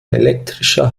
elektrischer